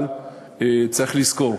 אבל צריך לזכור,